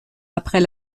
après